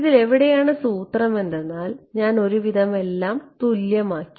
ഇതിലെവിടെയാണ് സൂത്രം എന്തെന്നാൽ ഞാൻ ഒരുവിധം എല്ലാം തുല്യമാക്കി